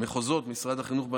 מחוזות משרד החינוך,